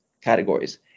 categories